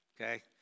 okay